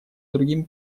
другим